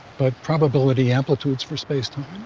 but probability amplitudes for spacetime.